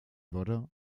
würde